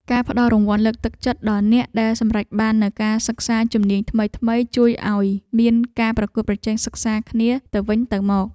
ការផ្តល់រង្វាន់លើកទឹកចិត្តដល់អ្នកដែលសម្រេចបាននូវការសិក្សាជំនាញថ្មីៗជួយឱ្យមានការប្រកួតប្រជែងសិក្សាគ្នាទៅវិញទៅមក។